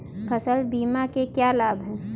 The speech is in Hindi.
फसल बीमा के क्या लाभ हैं?